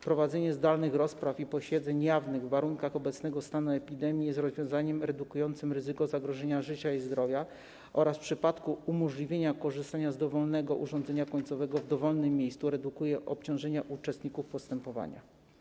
Wprowadzenie zdalnych rozpraw i posiedzeń jawnych w warunkach obecnego stanu epidemii jest rozwiązaniem redukującym ryzyko zagrożenia życia i zdrowia oraz - w przypadku umożliwienia korzystania z dowolnego urządzenia końcowego w dowolnym miejscu - redukuje obciążenia uczestników postępowania.